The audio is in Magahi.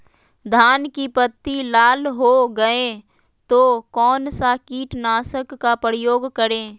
धान की पत्ती लाल हो गए तो कौन सा कीटनाशक का प्रयोग करें?